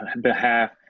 behalf